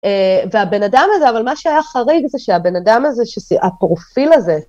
והבן אדם הזה, אבל מה שהיה חריג, זה שהבן אדם הזה, הפרופיל הזה...